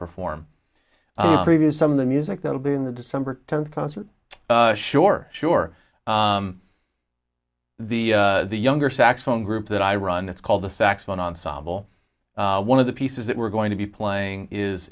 perform preview some of the music that will be in the december tenth concert sure sure the the younger saxophone group that i run it's called the saxophone ensemble one of the pieces that we're going to be playing is